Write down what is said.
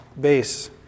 base